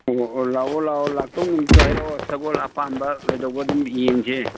ꯑꯣ ꯑꯣ ꯂꯥꯛꯑꯣ ꯂꯥꯛꯑꯣ ꯂꯥꯛꯇꯧ ꯅꯨꯃꯤꯠꯇꯨ ꯍꯥꯏꯔꯛꯑꯣ ꯁꯒꯣꯜ ꯑꯄꯥꯝꯕ ꯀꯩꯗꯧꯕ ꯑꯗꯨꯝ ꯌꯦꯡꯁꯦ